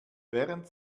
während